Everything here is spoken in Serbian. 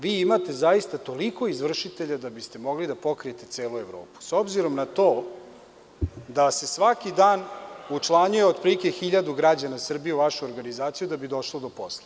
Vi imate zaista toliko izvršitelja da biste mogli da pokrijete celu Evropu, s obzirom na to da se svaki dan učlanjuje otprilike 1.000 građana Srbije u vašu organizaciju da bi došlo do posla.